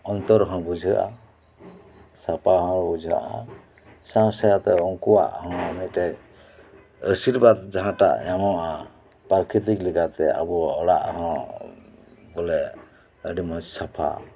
ᱚᱱᱛᱚᱨ ᱦᱚᱸ ᱵᱩᱡᱷᱟᱹᱜᱼᱟ ᱥᱟᱯᱟ ᱦᱚᱸ ᱵᱩᱡᱷᱟᱹᱜᱼᱟ ᱥᱟᱶ ᱥᱟᱶᱛᱮ ᱩᱱᱠᱩᱣᱟᱜ ᱦᱚᱸ ᱢᱤᱫᱴᱮᱱ ᱟᱹᱥᱤᱨᱵᱟᱫ ᱡᱟᱦᱟᱴᱟᱜ ᱧᱟᱢᱚᱜᱼᱟ ᱯᱨᱟᱠᱤᱛᱤᱠ ᱞᱮᱠᱟᱛᱮ ᱟᱵᱚᱣᱟᱜ ᱚᱲᱟᱜ ᱦᱚᱸ ᱵᱚᱞᱮ ᱟᱹᱰᱤ ᱢᱚᱸᱡᱽ ᱥᱟᱯᱷᱟ